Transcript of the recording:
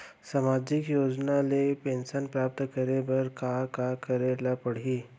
सामाजिक योजना ले पेंशन प्राप्त करे बर का का करे ल पड़ही?